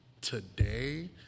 today